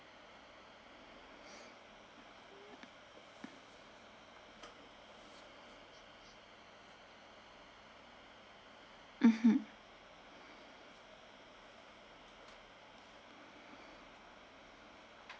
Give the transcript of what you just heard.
mmhmm